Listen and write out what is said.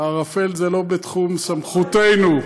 הערפל זה לא בתחום סמכותנו.